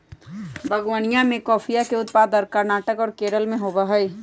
बागवनीया में कॉफीया के उत्पादन कर्नाटक और केरल में होबा हई